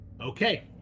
Okay